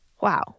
Wow